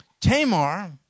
Tamar